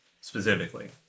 specifically